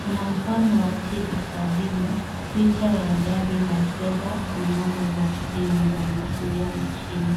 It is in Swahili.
kuna mfano wa cheti cha bima, picha ya gari la fedha na namba za simu za mawasiliano chini.